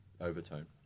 overtone